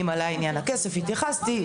אם על עניין הכסף התייחסתי,